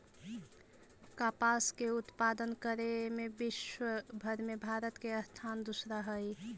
कपास के उत्पादन करे में विश्वव भर में भारत के स्थान दूसरा हइ